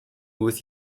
with